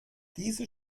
diese